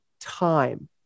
time